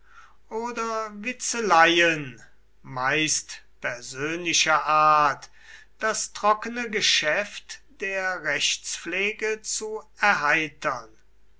oder witzeleien meist persönlicher art das trockene geschäft der rechtspflege zu erheitern